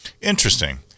Interesting